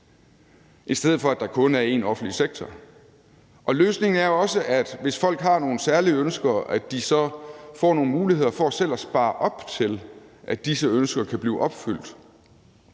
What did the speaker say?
i stedet for at der kun er en offentlig sektor. Løsningen er også, at hvis folk har nogle særlige ønsker, får de nogle muligheder for selv at spare op til, at disse ønsker kan blive opfyldt.